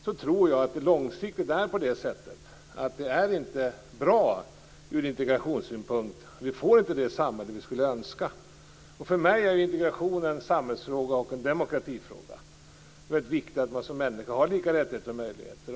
På lång sikt tror jag inte att detta är bra ur integrationssynpunkt. Vi får inte det samhälle vi skulle önska. För mig är integrationen en samhällsfråga och en demokratifråga. Det är viktigt att alla människor har samma rättigheter och möjligheter.